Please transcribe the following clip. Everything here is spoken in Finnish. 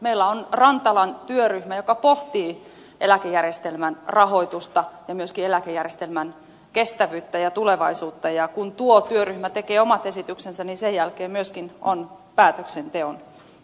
meillä on rantalan työryhmä joka pohtii eläkejärjestelmän rahoitusta ja myöskin eläkejärjestelmän kestävyyttä ja tulevaisuutta ja kun tuo työryhmä tekee omat esityksensä niin sen jälkeen myöskin on päätöksenteon hetki